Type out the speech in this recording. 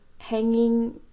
hanging